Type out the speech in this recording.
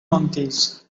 monkeys